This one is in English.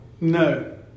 No